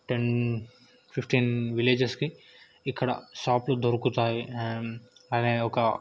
ten fifteen విలేజెస్కి ఇక్కడ షాప్లో దొరుకుతాయి అండ్ అనే ఒక